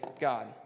God